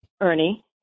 Ernie